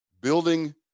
building